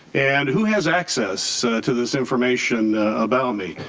and who has access to this information about me.